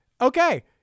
okay